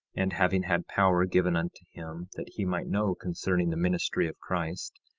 and having had power given unto him that he might know concerning the ministry of christ,